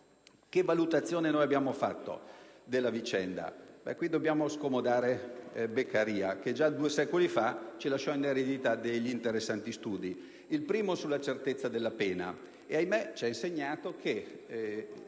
Che valutazione abbiamo fatto della vicenda? Qui dobbiamo scomodare Beccaria, che già due secoli fa ci lasciò in eredità degli interessanti studi: il primo sulla certezza della pena